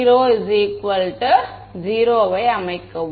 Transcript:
மாணவர் புலத்தில் ஆரம்ப நிலைமைகள் நான் 0 ஆக அமைக்கலாம்